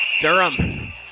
Durham